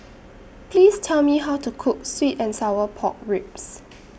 Please Tell Me How to Cook Sweet and Sour Pork Ribs